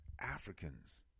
Africans